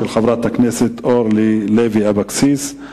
של חברת הכנסת אורלי לוי אבקסיס.